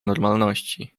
normalności